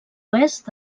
oest